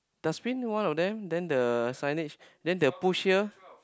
does we knew one of them then the signage then they push here